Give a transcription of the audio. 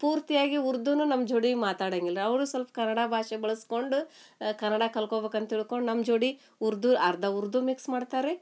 ಪೂರ್ತಿಯಾಗಿ ಉರ್ದುನೂ ನಮ್ಮ ಜೋಡಿ ಮಾತಾಡೋಂಗಿಲ್ಲ ಅವರೂ ಸ್ವಲ್ಪ ಕನ್ನಡ ಭಾಷೆ ಬಳಸ್ಕೊಂಡು ಕನ್ನಡ ಕಲ್ಕೊಬೇಕಂತ ತಿಳ್ಕೊಂಡು ನಮ್ಮ ಜೋಡಿ ಉರ್ದು ಅರ್ಧ ಉರ್ದು ಮಿಕ್ಸ್ ಮಾಡ್ತಾರೆ ರೀ